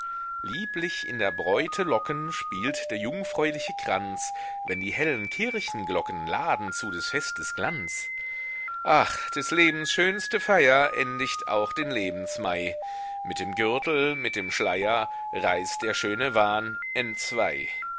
lieblich in der bräute locken spielt der jungfräuliche kranz wenn die hellen kirchenglocken laden zu des festes glanz ach des lebens schönste feier endigt auch den lebensmai mit dem gürtel mit dem schleier reißt der schöne wahn entzwei